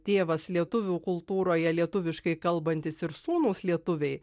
tėvas lietuvių kultūroje lietuviškai kalbantys ir sūnūs lietuviai